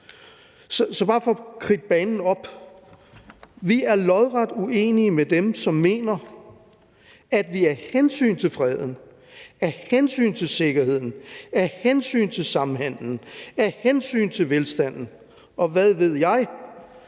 Så bare for at kridte banen op vil jeg sige, at vi er lodret uenige med dem, som mener, at vi af hensyn til freden, af hensyn til sikkerheden, af hensyn til samhandelen, af hensyn til velstanden, og hvad ved jeg,